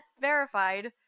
verified